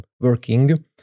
working